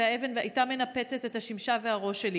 והאבן הייתה מנפצת את השמשה והראש שלי